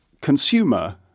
consumer